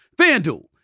FanDuel